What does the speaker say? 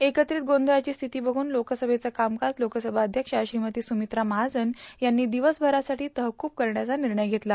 एकत्रित गोंधछाची स्थिती बघुन लोकसभेचं कामकाज लोकसभा अध्यक्षा श्रीमती स्रमित्रा महाजन यांनी दिवसभरासाठी तहकूब करण्याचा निर्णय घेतला